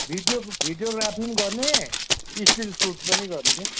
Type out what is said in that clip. video videography पनि गर्ने still shoot पनि गर्ने